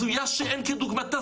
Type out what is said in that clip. הזויה שאין כדוגמתה,